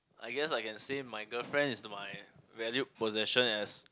I guess I can say my girlfriend is my valued possession as